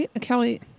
Kelly